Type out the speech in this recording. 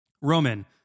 Roman